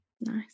nice